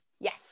Yes